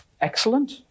Excellent